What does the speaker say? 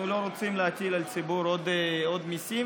אנחנו לא רוצים להטיל על הציבור עוד מיסים,